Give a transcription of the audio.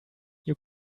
you